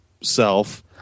self